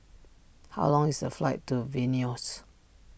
how long is the flight to Vilnius